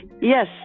Yes